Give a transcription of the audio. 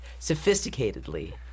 sophisticatedly